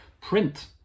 print